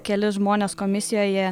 keli žmonės komisijoje